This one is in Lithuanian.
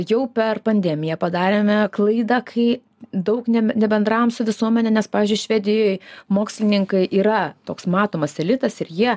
jau per pandemiją padarėme klaidą kai daug ne nebendravom su visuomene nes pavyzdžiui švedijoj mokslininkai yra toks matomas elitas ir jie